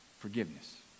Forgiveness